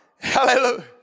Hallelujah